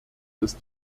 ist